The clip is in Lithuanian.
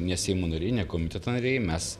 ne seimo nariai ne komiteto nariai mes